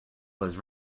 was